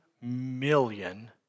million